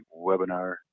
webinar